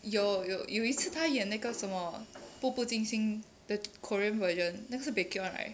有有有一次他演那个什么步步惊心 the korean version 那个是 baek hyun right